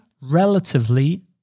relatively